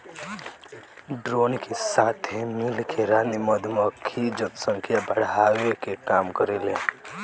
drone के साथे मिल के रानी मधुमक्खी जनसंख्या बढ़ावे के काम करेले